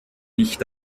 nicht